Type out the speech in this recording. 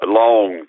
long